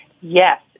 Yes